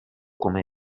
come